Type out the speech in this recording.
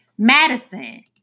Madison